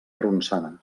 ronçana